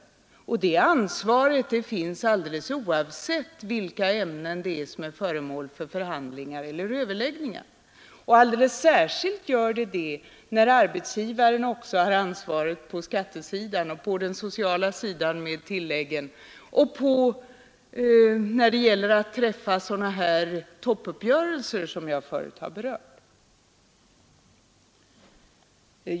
Och det ansvaret finns alldeles oavsett vilka ämnen som är föremål för förhandlingar eller överläggningar. Alldeles särskilt gäller detta när samma arbetsgivare också har ansvaret på skattesidan och på den sociala sidan, alltså när det gäller bostadstilläggen, och när det gäller att träffa sådana toppuppgörelser som jag förut har berört.